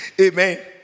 amen